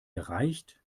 gereicht